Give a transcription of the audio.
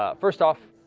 ah first off,